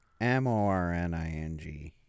M-O-R-N-I-N-G